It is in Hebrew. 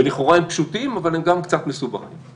ולכאורה הם פשוטים, אבל הם גם קצת מסובכים.